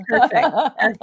perfect